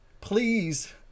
Please